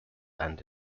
and